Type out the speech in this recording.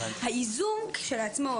הייזום כשלעצמו,